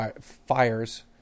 fires